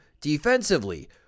defensively